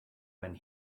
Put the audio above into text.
when